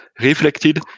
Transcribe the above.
reflected